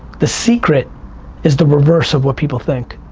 the secret is the reverse of what people think.